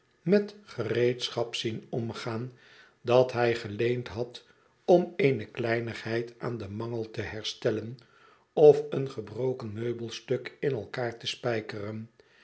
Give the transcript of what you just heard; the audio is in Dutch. met gereedschap zien omgaan dat hij geleend had om eene kleinigheid aan den mangel te herstellen of een gebroken meubelstuk in elkaar te spijkeren